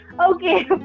Okay